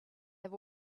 have